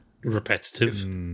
Repetitive